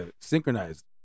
synchronized